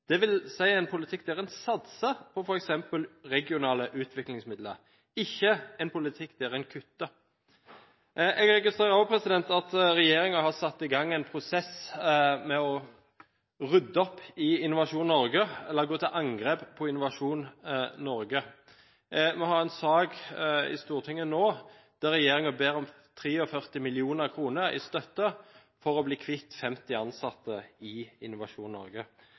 si en politikk der en satser på f.eks. regionale utviklingsmidler, ikke en politikk der en kutter. Jeg registrerer også at regjeringen har satt i gang en prosess med å rydde opp i Innovasjon Norge – eller gå til angrep på Innovasjon Norge. Vi har en sak i Stortinget nå der regjeringen ber om 43 mill. kr i støtte for å bli kvitt 50 ansatte i Innovasjon Norge.